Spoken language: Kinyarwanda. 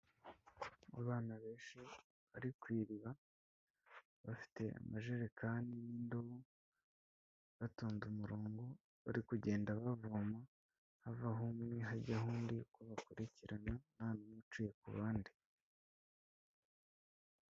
Abana benshi bari ku iriba bafite amajerekani n'indobo batonda umurongo, bari kugenda bavoma hava aho umwe, hajyaho undi uko bakurikirana ntawe uciye ku bandi.